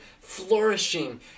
flourishing